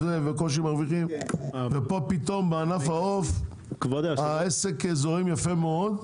בקושי מרוויחים ופה פתאום בענף העוף העסק זורם יפה מאוד,